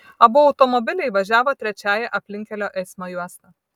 abu automobiliai važiavo trečiąja aplinkkelio eismo juosta